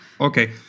Okay